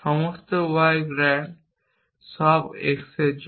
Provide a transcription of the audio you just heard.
সব y গ্র্যান্ড জন্য সব x জন্য